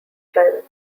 private